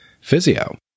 Physio